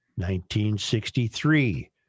1963